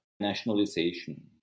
nationalization